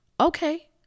Okay